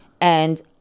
And-